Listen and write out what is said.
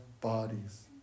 bodies